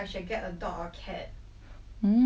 mm for me I will prefer dog